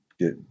get